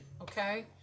Okay